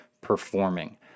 performing